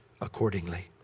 accordingly